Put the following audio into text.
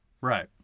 right